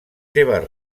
seves